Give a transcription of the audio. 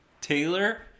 Taylor